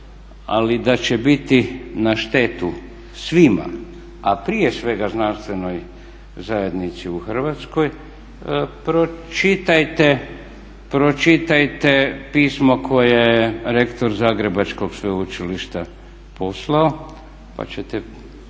ali da će biti na štetu svima a prije svega znanstvenoj zajednici u Hrvatskoj. Pročitajte pismo koje je rektor zagrebačkog sveučilišta poslao pa ćete